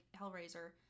Hellraiser